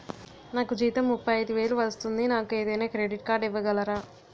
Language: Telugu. నాకు జీతం ముప్పై ఐదు వేలు వస్తుంది నాకు ఏదైనా క్రెడిట్ కార్డ్ ఇవ్వగలరా?